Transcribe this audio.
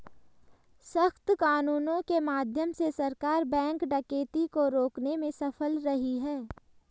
सख्त कानूनों के माध्यम से सरकार बैंक डकैती को रोकने में सफल रही है